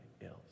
else